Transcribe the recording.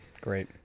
Great